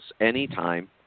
anytime